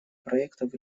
проектов